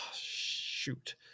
shoot